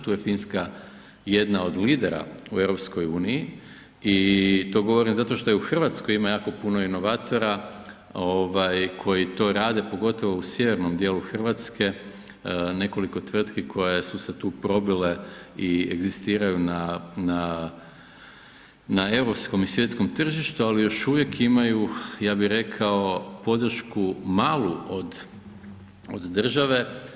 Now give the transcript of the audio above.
Tu je Finska jedna od lidera u EU i to govorim zato što u Hrvatskoj ima jako puno inovatora koji to rade, pogotovo u sjevernom dijelu Hrvatske nekoliko tvrtki koje su se tu probile i egzistiraju na europskom i svjetskom tržištu, ali još uvijek imaju podršku malu od države.